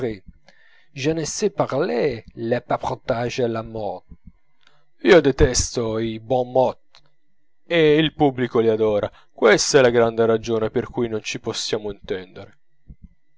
io detesto i bons mots e il pubblico li adora questa è la grande ragione per cui non ci possiamo intendere